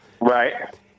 Right